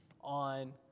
on